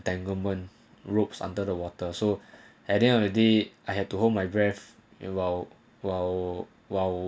benjamin ropes under the water so at the end of the day I had to hold my breath awhile while while